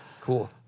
Cool